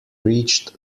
reached